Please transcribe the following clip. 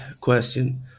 question